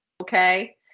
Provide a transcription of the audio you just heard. Okay